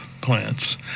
plants